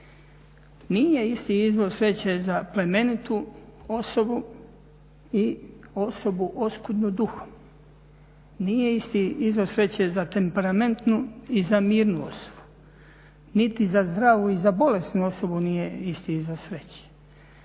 Nije isti izvor sreće za plemenitu osobu i osobu oskudnu duhom, nije isti izvor sreće za temperamentnu i za mirnu osobu, niti za zdravu i za bolesnu osobu nije isti izvor sreće,